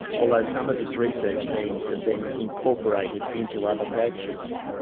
although some of its research themes have been incorporated into other flagships.